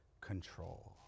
control